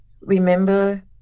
remember